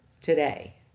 today